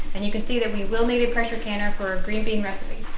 and you can see that we will need a pressure canner for a green bean recipe.